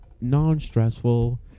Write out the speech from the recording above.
Non-stressful